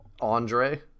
Andre